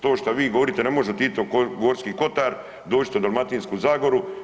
To što vi govorite ne može … [[ne razumije se]] Gorski Kotar, sođite u Dalmatinsku zagoru.